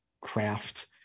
craft